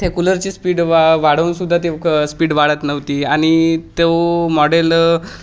त्या कूलरची स्पीड वा वाढवून सुद्धा तेव क स्पीड वाढत नव्हती आणि तो मॉडेल